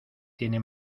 tiene